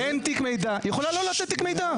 היא יכולה לא לתת תיק מידע.